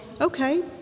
okay